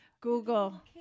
Google